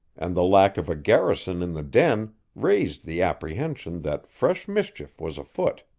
and the lack of a garrison in the den, raised the apprehension that fresh mischief was afoot.